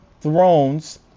thrones